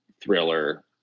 thriller